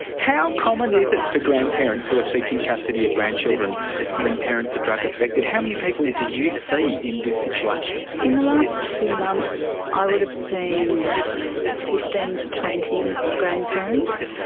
how common is it for grandparents who are seeking custody of grandchildren when parents are drug affected, how many people do you see in this situation? in the last two months i would have seen fifteen to twenty grandparents.